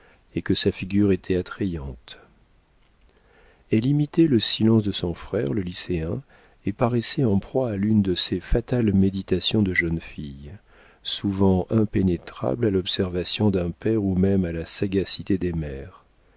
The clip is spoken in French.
et que sa figure était attrayante elle imitait le silence de son frère le lycéen et paraissait en proie à l'une de ces fatales méditations de jeune fille souvent impénétrables à l'observation d'un père ou même à la sagacité des mères